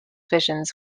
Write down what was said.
visions